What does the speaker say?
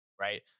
Right